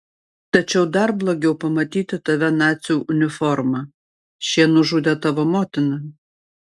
tačiau dar blogiau pamatyti tave nacių uniforma šie nužudė tavo motiną